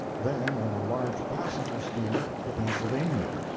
then on a large passenger-steamer, the pennsylvania.